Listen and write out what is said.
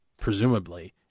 presumably